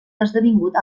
esdevingut